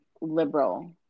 liberal